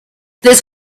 this